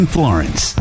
Florence